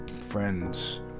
friends